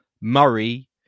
Murray